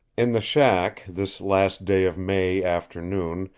in the shack, this last day of may afternoon,